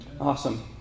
Awesome